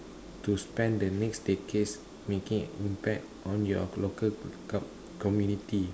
to spend the next decade making an impact on your local community